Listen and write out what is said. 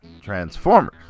Transformers